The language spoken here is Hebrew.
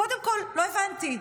קודם כול, לא הבנתי.